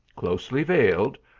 closely veiled,